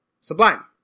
Sublime